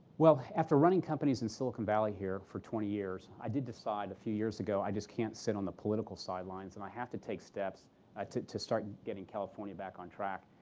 well, after running companies in silicon valley here for twenty years, i did decide a few years ago, i just can't sit on the political sidelines, and i have to take steps to to start getting california back on track.